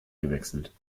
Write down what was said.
gewechselt